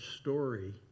story